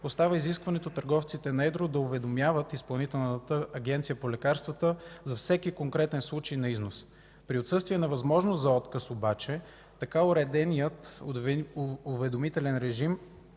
остава изискването търговците на едро да уведомяват Изпълнителната агенция по лекарствата за всеки конкретен случай на износ. При отсъствие на възможност за отказ обаче, така уреденият уведомителен режим